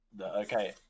Okay